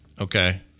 okay